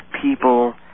people